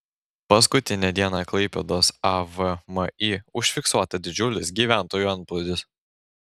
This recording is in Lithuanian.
paskutinę dieną klaipėdos avmi užfiksuota didžiulis gyventojų antplūdis